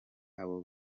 abo